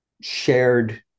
shared